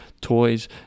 toys